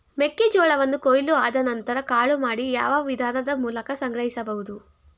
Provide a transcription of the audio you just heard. ಮೆಕ್ಕೆ ಜೋಳವನ್ನು ಕೊಯ್ಲು ಆದ ನಂತರ ಕಾಳು ಮಾಡಿ ಯಾವ ವಿಧಾನದ ಮೂಲಕ ಸಂಗ್ರಹಿಸಬಹುದು?